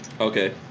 Okay